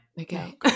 Okay